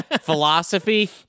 philosophy